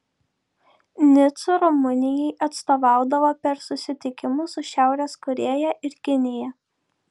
nicu rumunijai atstovaudavo per susitikimus su šiaurės korėja ir kinija